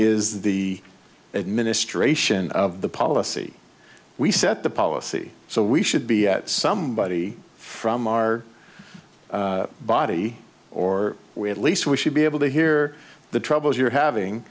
is the administration of the policy we set the policy so we should be somebody from our body or we have least we should be able to hear the troubles you're having